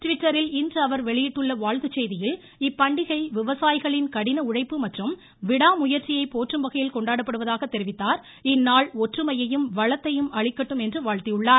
ட்விட்டரில் இன்று அவர் வெளியிட்டுள்ள வாழ்த்துச் செய்தியில் இப்பண்டிகை விவசாயிகளின் கடின உழைப்பு மற்றும் விடா முயற்சியைப் போற்றும்வகையில் கொண்டாடப்படுவதாக தெரிவித்த வளத்தையும் அளிக்கட்டும் என்று வாழ்த்தியுள்ளார்